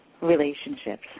relationships